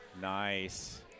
Nice